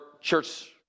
church